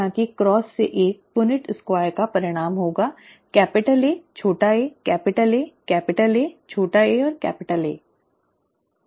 इस तरह के क्रॉस से एक पुनेट स्क्वायर का परिणाम होगा कैपिटल A छोटा a capital A capital A छोटा a और कैपिटल A